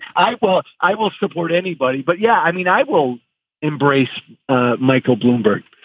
i will i will support anybody but, yeah, i mean, i will embrace michael bloomberg.